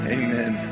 amen